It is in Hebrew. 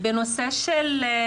וצריך לתת במבחנים האלה הרבה יותר כסף,